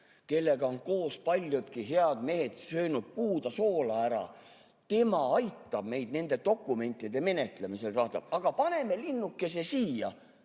kellega on koos paljudki head mehed söönud puuda soola ära. Tema aitab meid nende dokumentide menetlemisel, aga paneme-linnukese-siia-spetsialist